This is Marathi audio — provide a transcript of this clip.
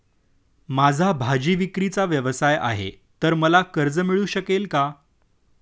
माझा भाजीविक्रीचा व्यवसाय आहे तर मला कर्ज मिळू शकेल का?